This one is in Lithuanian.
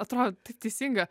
atrodo taip teisinga